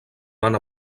van